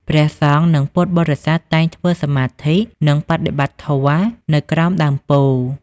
ព្រះសង្ឃ និងពុទ្ធបរិស័ទតែងធ្វើសមាធិ និងបដិបត្តិធម៌នៅក្រោមដើមពោធិ៍។